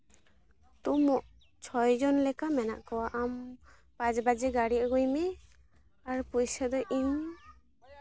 ᱛᱚ ᱪᱷᱚᱭ ᱡᱚᱱ ᱞᱮᱠᱟ ᱢᱮᱱᱟᱜ ᱠᱚᱣᱟ ᱟᱢ ᱯᱟᱸᱪ ᱵᱟᱡᱮ ᱜᱟᱹᱲᱤ ᱟᱹᱜᱩᱭ ᱢᱮ ᱟᱨ ᱯᱚᱭᱥᱟ ᱫᱚ ᱤᱧ